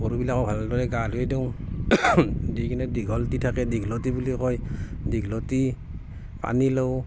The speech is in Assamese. গৰুবিলাকক ভালদৰে গা ধুই দিওঁ দি কিনে দীঘল তিতাকে দীঘলতি বুলি কয় দীঘলতি পানীলাও